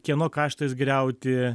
kieno kaštais griauti